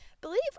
believe